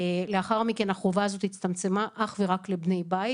לאחר מכן החובה הזאת הצטמצמה אך ורק לבני בית.